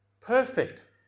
Perfect